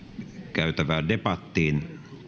käytävään debattiin